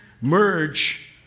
merge